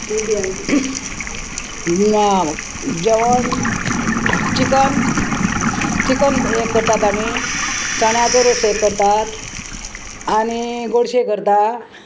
जेवण chicken chicken एक करतात आमी चण्याचो रोस एक करतात आनी गोडशें करता